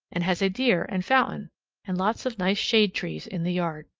and has a deer and fountain and lots of nice shade trees in the yard.